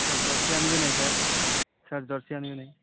sir jersey ଆଣିବେ ନାଇଁ sir sir jersey ଆଣିବେ ନାଇଁ